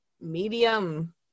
medium